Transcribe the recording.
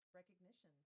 recognition